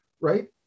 Right